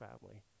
family